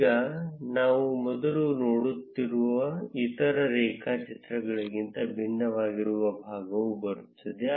ಈಗ ನಾವು ಮೊದಲು ನೋಡುತ್ತಿರುವ ಇತರ ರೇಖಾ ಚಿತ್ರಗಳಿಗಿಂತ ಭಿನ್ನವಾಗಿರುವ ಭಾಗವು ಬರುತ್ತದೆ